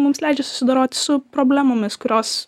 mums leidžia susidoroti su problemomis kurios